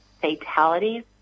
fatalities